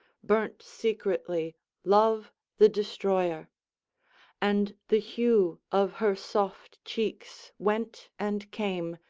burnt secretly love the destroyer and the hue of her soft cheeks went and came,